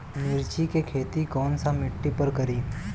मिर्ची के खेती कौन सा मिट्टी पर करी?